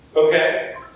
okay